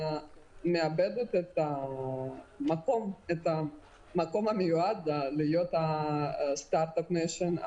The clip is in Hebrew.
ישראל מאבדת את המקום המיועד להיות הסטארט אפ ניישן,